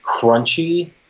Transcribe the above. crunchy